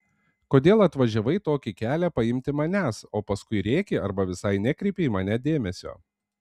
kodėl atvažiavai tokį kelią paimti manęs o paskui rėki arba visai nekreipi į mane dėmesio